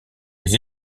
les